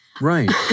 Right